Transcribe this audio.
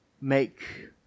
make